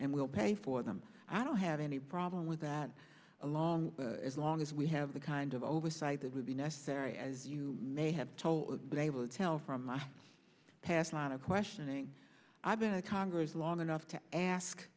and we'll pay for them i don't have any problem with that along as long as we have the kind of oversight that would be necessary as you may have told been able to tell from my past a lot of questioning i've been in congress long enough to ask